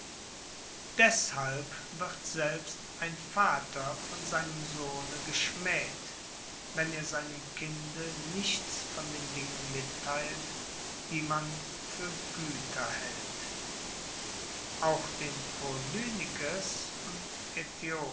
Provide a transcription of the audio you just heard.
deßhalb wird selbst ein vater von seinem sohne geschmäht wenn er seinem kinde nichts von den dingen mittheilt die man für güter hält auch den polynikes und